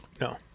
No